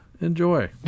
Enjoy